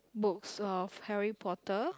books of Harry Potter